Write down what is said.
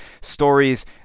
stories